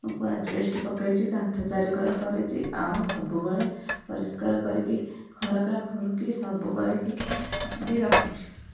asbestos ପକାଇଛି କାନ୍ଥ ଚାରି କଡ଼ କରିଛି ଆଉ ସବୁବେଳେ ପରିଷ୍କାର କରିକି ଖରକା ଖୁରୁକି ସବୁ କରିକି ବି ରଖୁଛି